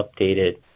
updated